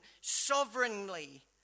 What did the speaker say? sovereignly